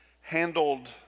handled